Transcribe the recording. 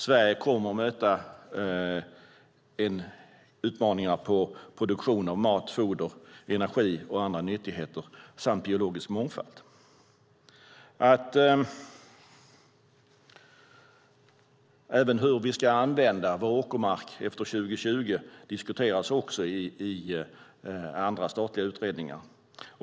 Sverige kommer att möta utmaningar när det gäller produktion av mat, foder, energi och andra nyttigheter samt biologisk mångfald. Hur vi ska använda vår åkermark efter 2020 diskuteras i andra statliga utredningar.